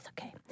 Okay